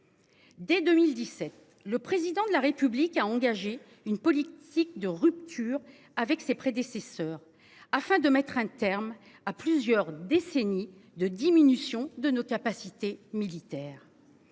Dès 2017, le président de la République a engagé une politique de rupture avec ses prédécesseurs afin de mettre un terme à plusieurs décennies de diminution de nos capacités militaires.